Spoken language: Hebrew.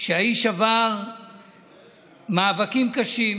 שהאיש עבר מאבקים קשים,